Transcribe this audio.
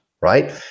Right